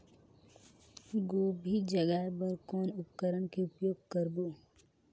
गोभी जगाय बर कौन उपकरण के उपयोग करबो?